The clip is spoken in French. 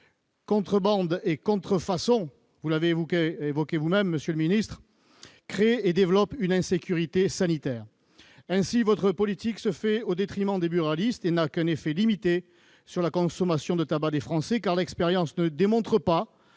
Contrebande et contrefaçon- vous l'avez évoqué vous-même, monsieur le ministre -créent et développent une insécurité sanitaire. Ainsi, votre politique se fait au détriment des buralistes et n'a qu'un effet limité sur la consommation de tabac des Français. En effet, l'expérience ne démontre pas